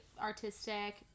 artistic